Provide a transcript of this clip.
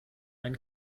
ein